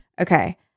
Okay